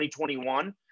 2021